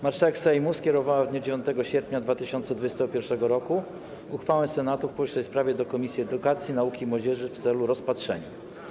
Marszałek Sejmu skierowała w dniu 9 sierpnia 2021 r. uchwałę Senatu w powyższej sprawie do Komisji Edukacji, Nauki i Młodzieży w celu rozpatrzenia.